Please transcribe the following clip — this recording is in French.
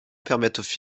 permettent